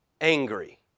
angry